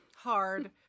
hard